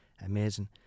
amazing